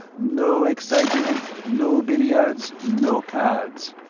no excitement, no billiards, no cards.